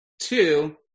two